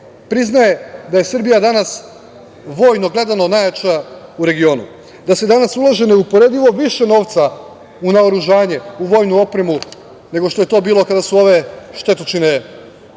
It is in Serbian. priznaje da je Srbija danas vojno gledano najjača u regionu, da se danas ulaže neuporedivo više novca u naoružanje, u vojnu opremu, nego što je to bilo kada su ove štetočine uništavale